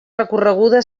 recorreguda